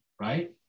Right